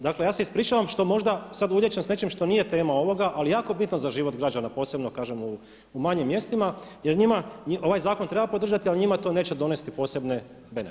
Dakle ja se ispričavam što možda sada ulijećem sa nečim što nije tema ovoga ali je jako bitno za život građana, posebno kažem u manjim mjestima jer njima, ovaj zakon treba podržati ali njima to neće donijeti posebne benfite.